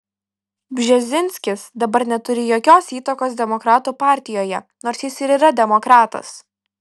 bžezinskis dabar neturi jokios įtakos demokratų partijoje nors jis ir yra demokratas